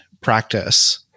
practice